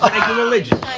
religion